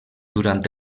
durant